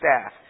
staff